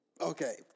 okay